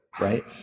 right